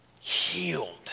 healed